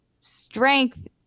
strength